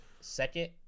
second